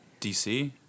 DC